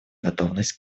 готовность